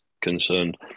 concerned